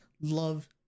love